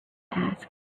asked